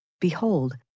Behold